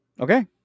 Okay